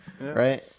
right